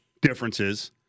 differences